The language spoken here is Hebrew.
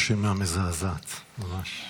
רשימה מזעזעת, ממש.